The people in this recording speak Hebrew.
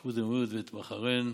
איחוד האמירויות ובחריין.